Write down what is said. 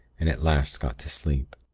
and at last got to sleep.